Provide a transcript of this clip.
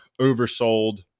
oversold